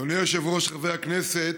אדוני היושב-ראש, חברי הכנסת,